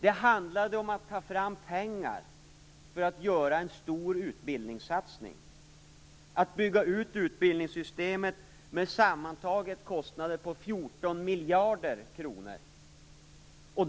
Det handlade om att ta fram pengar för att göra en stor utbildningssatsning och bygga ut utbildningssystemet med kostnader på sammantaget 14 miljarder kronor.